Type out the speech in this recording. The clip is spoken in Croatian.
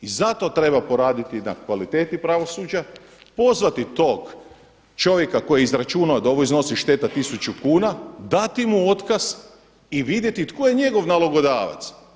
I zato treba poraditi na kvaliteti pravosuđa, pozvati tog čovjeka koji je izračunao da ovo iznosi šteta tisuću kuna, dati mu otkaz i vidjeti tko je njegov nalogodavac.